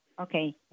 Okay